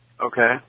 Okay